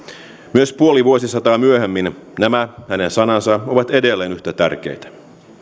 myös puoli vuosisataa myöhemmin nämä hänen sanansa ovat edelleen yhtä tärkeitä